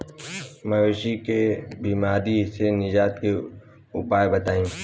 मवेशी के बिमारी से निजात के उपाय बताई?